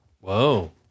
Whoa